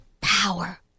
power